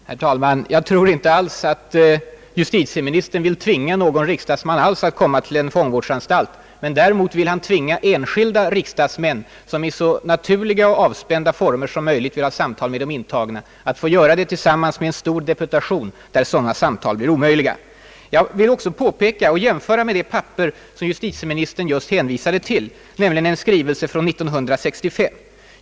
Herr talman! Jag tror inte alls att justitieministern vill tvinga några riksdagsmän att komma till en fångvårdsanstalt. Men däremot vill han tvinga enskilda riksdagsmän, som i så naturliga och avspända former som möjligt vill ha samtal med de intagna, att få sitt sammanträffande tillsammans med en stor deputation att sådana samtal faktiskt blir cmöjliga. Jag vill också jämföra med den skrivelse från 1965 som justitieministern hänvisade till.